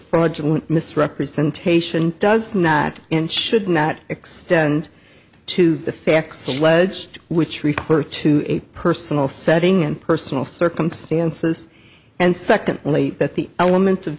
fraudulent misrepresentation does not and should not extend to the facts alleged which refer to a personal setting and personal circumstances and secondly that the element of